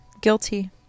guilty